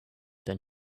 than